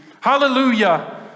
Hallelujah